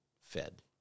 fed